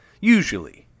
usually